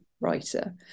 writer